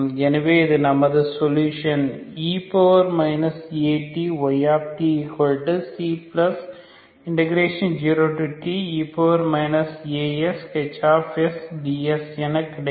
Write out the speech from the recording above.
எனவே இது நமது சொலுஷன் e Atytc0te Ashds என கிடைக்கும்